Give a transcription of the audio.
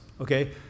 Okay